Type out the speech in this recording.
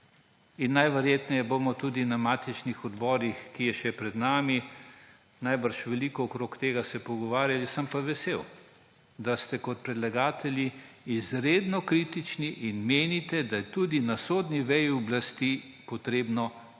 Najverjetneje se bomo tudi na matičnih odborih, ki so še pred nami, veliko okoli tega pogovarjali. Sem pa vesel, da ste kot predlagatelji izredno kritični in menite, da je tudi na sodni veji oblasti treba nekaj